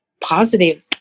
positive